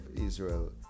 israel